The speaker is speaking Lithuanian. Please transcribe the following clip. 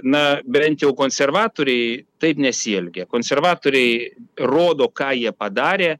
na bent jau konservatoriai taip nesielgia konservatoriai rodo ką jie padarė